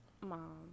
mom